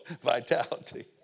vitality